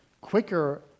quicker